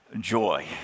joy